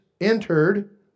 entered